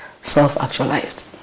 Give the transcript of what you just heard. self-actualized